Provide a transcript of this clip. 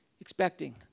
Expecting